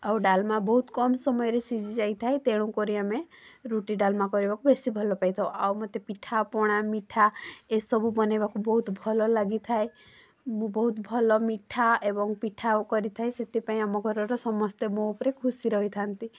ଆଉ ଡାଲମା ବହୁତ କମ ସମୟରେ ଶିଝି ଯାଇଥାଏ ତେଣୁକରି ଆମେ ରୁଟି ଡାଲମା କରିବାକୁ ବେଶୀ ଭଲ ପାଇଥାଉ ଆଉ ମତେ ପିଠା ପଣା ମିଠା ଏସବୁ ବନେଇବାକୁ ବହୁତ ବହୁତ ଭଲ ଲାଗିଥାଏ ମୁଁ ବହୁତ ଭଲ ମିଠା ଏବଂ ପିଠା କରିଥାଏ ସେଥିପାଇଁ ଆମ ଘରର ସମସ୍ତେ ମୋ ଉପରେ ଖୁସି ରହିଥାନ୍ତି